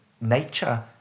nature